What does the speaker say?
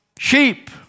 Sheep